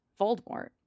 Voldemort